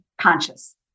conscious